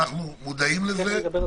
אנחנו מודעים לזה.